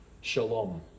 shalom